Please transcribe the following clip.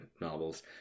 novels